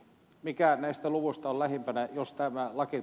mikä näistä luvuista on lähimpänä jos tämä laki